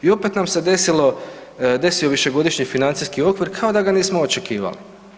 I opet nam se desilo, desio višegodišnji financijski okvir kao da ga nismo očekivali.